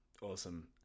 awesome